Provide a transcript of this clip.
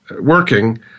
working